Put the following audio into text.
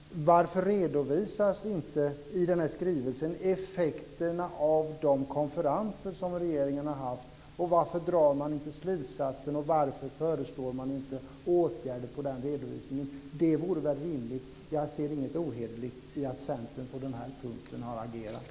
Varför redovisas inte i skrivelsen effekterna av de konferenser som regeringen har haft? Varför drar man inte slutsatser? Varför föreslår man inte åtgärder när det gäller den redovisningen? Det vore väl rimligt? Jag ser inget ohederligt i att Centern på den här punkten har agerat.